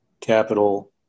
capital